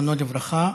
זיכרונו לברכה,